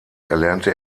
erlernte